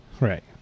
Right